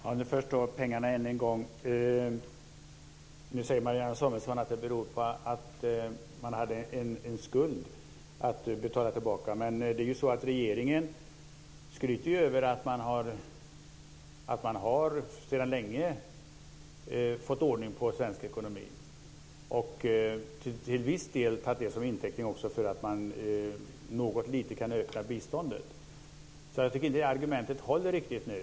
Herr talman! I fråga om pengarna, än en gång, säger Marianne Samuelsson nu att det beror på att man hade en skuld att betala. Men regeringen skryter ju över att man sedan länge har fått ordning på svensk ekonomi och till viss del har tagit det till intäkt för att kunna öka biståndet lite. Jag tycker inte att det argumentet håller riktigt nu.